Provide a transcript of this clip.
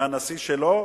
מהנשיא שלו,